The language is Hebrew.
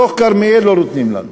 בתוך כרמיאל, לא נותנים לנו.